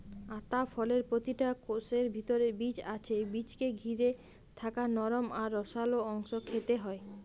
আতা ফলের প্রতিটা কোষের ভিতরে বীজ আছে বীজকে ঘিরে থাকা নরম আর রসালো অংশ খেতে হয়